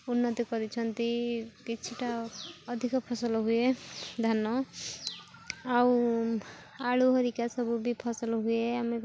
ଉନ୍ନତି କରିଛନ୍ତି କିଛିଟା ଅଧିକ ଫସଲ ହୁଏ ଧାନ ଆଉ ଆଳୁ ଧରିକା ସବୁ ବି ଫସଲ ହୁଏ ଆମେ